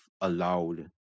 allowed